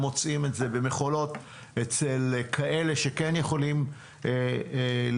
מוצאים את זה במכולות אצל כאלה שכן יכולים למכור.